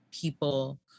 People